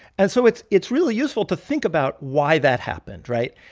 and so it's it's really useful to think about why that happened, right?